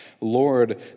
Lord